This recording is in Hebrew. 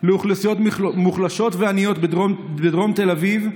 לאוכלוסיות מוחלשות ועניות בדרום תל אביב,